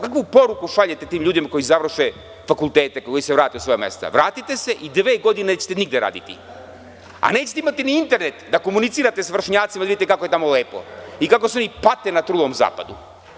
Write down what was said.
Kakvu poruku šaljete tim ljudima koji završe fakultete, koji se vrate u svoja mesta - vratite se i dve godine nećete nigde raditi, a nećete imati ni internet da komunicirate s vršnjacima da vidite kako je tamo lepo i kako se oni pate na trulom zapadu.